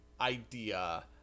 idea